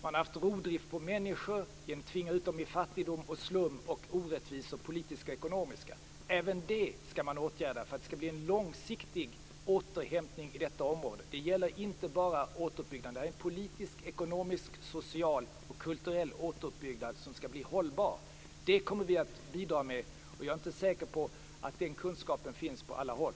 Man har haft rovdrift på människor genom att tvinga ut dem i fattigdom och slum och politiska och ekonomiska orättvisor. Även det skall man åtgärda för att det skall bli en långsiktig återhämtning i detta område. Det gäller inte bara återuppbyggnaden. Detta är en politisk, ekonomisk, social och kulturell återuppbyggnad som skall bli hållbar. Det kommer vi att bidra med. Och jag är inte säker på att den kunskapen finns på alla håll.